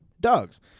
dogs